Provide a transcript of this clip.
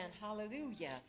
Hallelujah